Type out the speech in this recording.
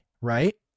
right